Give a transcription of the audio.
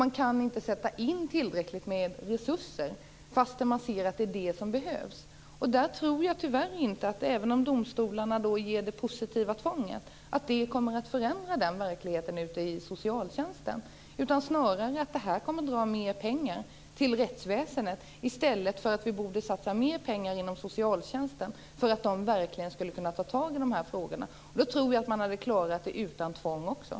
Man kan inte sätta in tillräckligt med resurser, fastän man ser att det är vad som behövs. Även om domstolarna ger det positiva tvånget tror jag tyvärr inte att det kommer att förändra verkligheten ute i socialtjänsten. Snarare kommer det här att dra mer pengar till rättsväsendet, fastän vi i stället borde satsa mer pengar inom socialtjänsten, så att de verkligen kunde ta tag i de här frågorna. I så fall tror jag att de hade klarat det här också utan tvång.